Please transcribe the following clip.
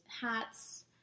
hats